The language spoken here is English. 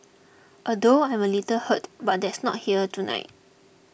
although I am a little hurt there is not here tonight